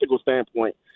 standpoint